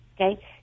okay